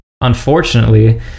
unfortunately